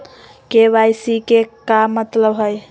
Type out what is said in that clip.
KYC के का मतलब हई?